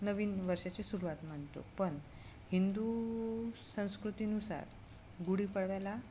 नवीन वर्षाची सुरुवात मानतो पण हिंदू संस्कृतीनुसार गुढीपाडव्याला